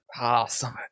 Awesome